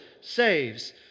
saves